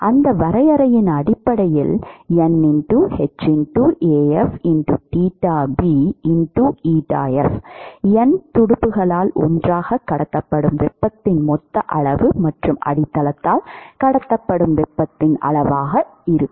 அந்த வரையறையின் அடிப்படையில் N hAf N துடுப்புகளால் ஒன்றாகக் கடத்தப்படும் வெப்பத்தின் மொத்த அளவு மற்றும் அடித்தளத்தால் கடத்தப்படும் வெப்பத்தின் அளவாக இருக்கும்